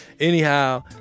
Anyhow